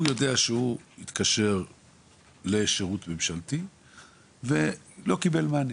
הוא יודע שהוא התקשר לשירות ממשלתי ולא קיבל מענה.